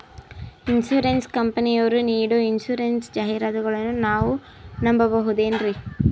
Insurance ಕಂಪನಿಯರು ನೀಡೋ insurance ಜಾಹಿರಾತುಗಳನ್ನು ನಾವು ನಂಬಹುದೇನ್ರಿ?